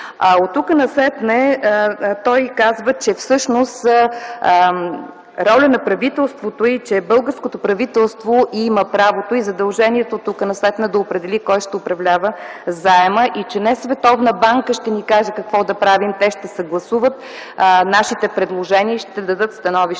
Оттука насетне той казва, че всъщност роля на правителството е, и че българското правителство има правото и задължението оттука насетне да определи – кой ще управлява заема, и че не Световната банка ще ни каже какво да правим. Те ще съгласуват нашите предложения и ще дадат становище